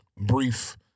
brief